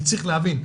כי צריך להבין,